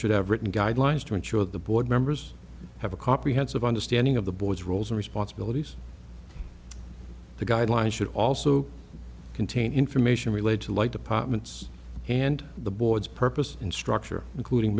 should have written guidelines to ensure that the board members have a comprehensive understanding of the board's roles and responsibilities the guidelines should also contain information related to light departments and the board's purpose and structure including